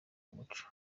umuco